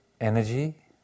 Energy